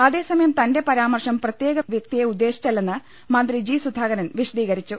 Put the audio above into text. അതേസമയം തന്റെ പരാമർശം പ്രത്യേക വൃക്തിയെ ഉദ്ദേശിച്ചല്ലെന്ന് മന്ത്രി ജി സുധാകരൻ വിശ ദീകരിച്ചു